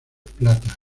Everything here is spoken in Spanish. plata